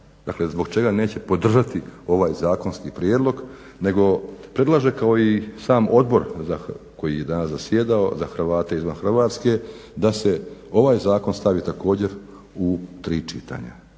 zbog čega neće podržati ovaj zakonski prijedlog nego predlaže kao i sam Odbor koji je danas zasjedao za Hrvate izvan Hrvatske da se ovaj zakon stavi također u tri čitanja